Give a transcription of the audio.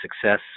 success